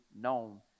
known